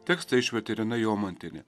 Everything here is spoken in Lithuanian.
tekstą išvertė irena jomantienė